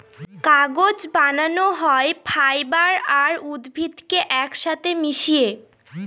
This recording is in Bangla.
কাগজ বানানো হয় ফাইবার আর উদ্ভিদকে এক সাথে মিশিয়ে